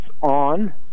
on